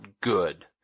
good